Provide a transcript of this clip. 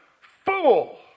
fool